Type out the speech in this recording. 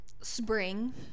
spring